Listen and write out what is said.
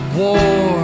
war